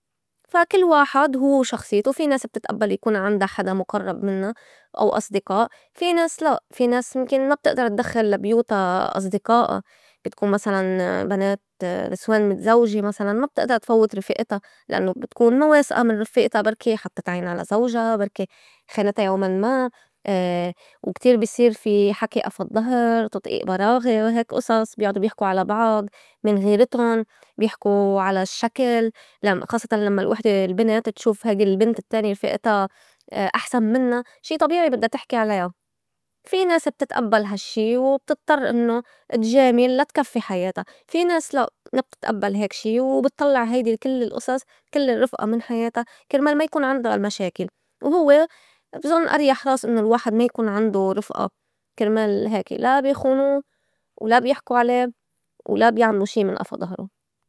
فا كل واحد هوّ و شخصيته. في ناس بتتئبّل يكون عندا حدا مُقرّب منّا أو أصدقاء في ناس لأ، في ناس مُمكن ما بتئدر تدخل لا بيوتا أصدقائها. بتكون مسلاً بنات نسوان متزوجة مسلاً ما بتئدر تفوّت رفِئتا لأنّو بتكون ما واسئة من رفِئتا بركي حطّت عينا على زوجا، بركي خانتا يوماً ما وكتير بي صير في حكي أفى الضّهر تطئيئ براغي وهيك أصص بيعدو بيحكو على بعض من غيرتُن بيحكو على الشّكل. لأن خاصّتاً لمّا الوحدة البنت تشوف هيدي البنت التّانيه رفِئتا أحسن منّا شي طبيعي بدّا تحكي عليا. في ناس بتتئبّل هاشّي وبتضطر إنّو تجامل لا تكفّي حياتا، في ناس لأ ما بتتئبّل هيك شي وبتطلّع هيدي كل الأصص كل الرّفقة من حياتا كرمال ما يكون عندا مشاكل. وهوّ بظُن أريح راس إنّو الواحد ما يكون عندوا رفئه كرمال هيك لا بي خونوا ولا بيحكو عليه ولا بيعملو شي من أفى ضهره.